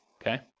Okay